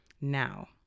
Now